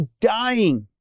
dying